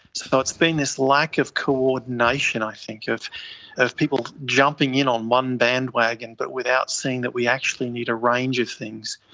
so it's been this lack of coordination i think, of of people jumping in on one bandwagon but without seeing that we actually need a range of things.